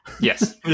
Yes